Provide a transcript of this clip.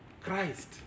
Christ